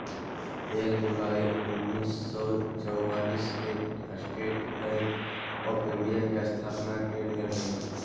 एक जुलाई उन्नीस सौ चौआलिस के स्टेट बैंक आफ़ इंडिया के स्थापना कइल गेलय